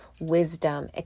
wisdom